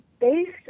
based